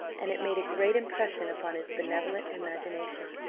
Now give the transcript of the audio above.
and it made a great impression upon his benevolent imagination.